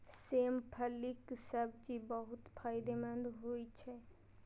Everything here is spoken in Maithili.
सेम फलीक सब्जी बहुत फायदेमंद होइ छै